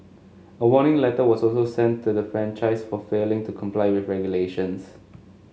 a warning letter was also sent to the franchisee for failing to comply with regulations